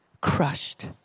crushed